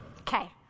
Okay